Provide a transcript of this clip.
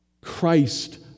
Christ